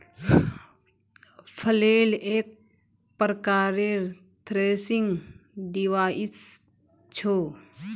flail एक प्रकारेर threshing device छ